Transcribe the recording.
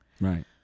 Right